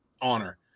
honor